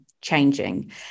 changing